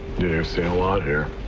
seen a lot here.